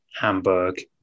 Hamburg